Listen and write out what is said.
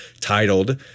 titled